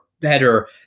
better